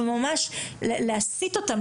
וממש להסית אותם,